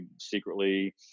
secretly